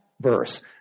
verse